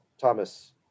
Thomas